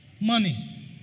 Money